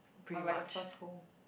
or like a first home